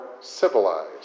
civilized